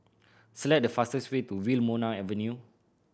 select the fastest way to Wilmonar Avenue